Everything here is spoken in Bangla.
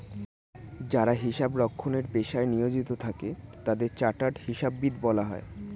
যারা হিসাব রক্ষণের পেশায় নিয়োজিত থাকে তাদের চার্টার্ড হিসাববিদ বলা হয়